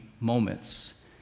moments